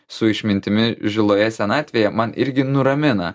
su išmintimi žiloje senatvėje man irgi nuramina